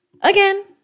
again